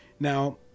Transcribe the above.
Now